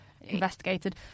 investigated